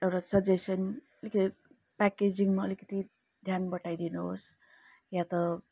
एउटा सजेसन अलिकति प्याकेजिङमा अलिकति ध्यान बटाइ दिनुहोस् या त